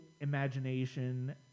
imagination